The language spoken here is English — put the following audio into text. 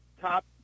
top